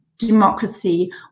democracy